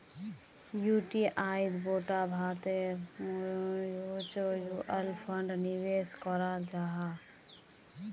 युटीआईत गोटा भारतेर म्यूच्यूअल फण्ड निवेश कराल जाहा